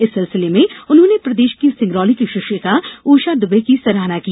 इस सिलसिले में उन्होंने प्रदेश की सिंगरौली की शिक्षिका उषा दूबे की सराहना की